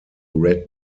red